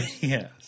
Yes